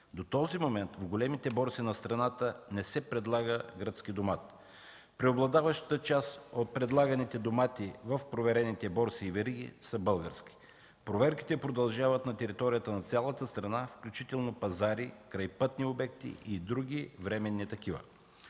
До този момент в големите борси на страната не се предлага гръцки домат. Преобладаващата част от предлаганите домати в проверените борси и вериги са български. Проверките продължават на територията на цялата страна, включително на пазари, крайпътни обекти и други временните такива.